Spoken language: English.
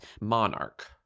Monarch